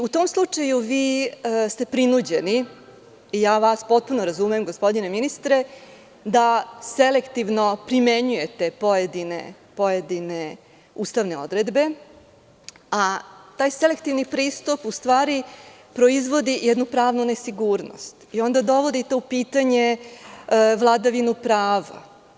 U tom slučaju vi ste prinuđeni i ja vas potpuno razumem, gospodine ministre, da selektivno primenjujete pojedine ustavne odredbe, a taj selektivni pristup u stvari proizvodi jednu pravnu nesigurnost i onda dovodite u pitanje vladavinu prava.